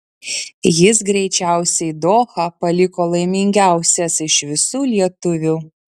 jis greičiausiai dohą paliko laimingiausias iš visų lietuvių